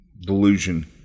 delusion